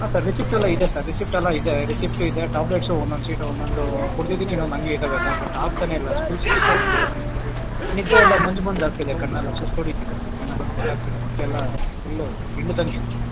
ಹಾಂ sir receipt ಎಲ್ಲ ಇದೆ ಸರ್ ರಿಸಿಪ್ಟ್ ಎಲ್ಲ ಇದೆ ರಿಸಿಪ್ಟೂ ಇದೆ ಟ್ಯಾಬ್ಲೆಟ್ಸು ಒಂದೊಂದು ಸೀಟು ಒಂದೊಂದು ಕುಡ್ದಿದ್ದೀನಿ ಇನ್ನೊಂದು ಹಂಗೆ ಇದಾವೆ ಸರ್ ಬಟ್ ಆಗ್ತಲೇ ಇಲ್ಲ ಫುಲ್ ಸುಸ್ತು ಆಗ್ತಿದೆ ನಿದ್ದೆ ಎಲ್ಲ ಮಂಜು ಮಂಜು ಆಗ್ತಿದೆ ಕಣ್ಣೆಲ್ಲ ಸುಸ್ತು ಹೊಡೀತಿದೆ ಸರ್ ಏನು ಆಗಿದೋ ಗೊತ್ತಾಗ್ತಿಲ್ಲ ಹೊಟ್ಟೆ ಎಲ್ಲ ಫುಲ್ಲು ಹಿಂಡ್ದಂಗೆ ಇದೆ ಸರ್